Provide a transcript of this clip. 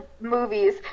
movies